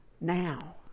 now